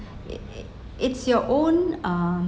it's your own um